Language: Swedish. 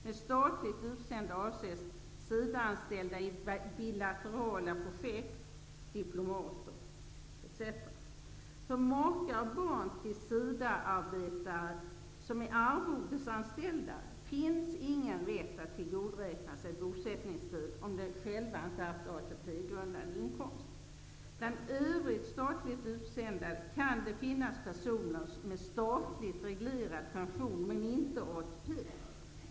Med statligt utsända personer avses SIDA-anställda i bilaterala projekt, diplomater, etc. personal finns ingen rätt att tillgodoräkna sig bosättningstid om de själva inte haft egen ATP grundande inkomst. Bland övriga statligt utsända kan det finnas personer som har statligt reglerad pension, men inte ATP.